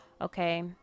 okay